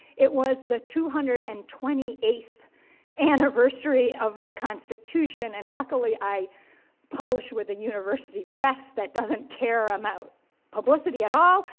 it was the two hundred and twenty eighth anniversary of the constitution. and luckily, i published with a university press that doesn't care about publicity at all.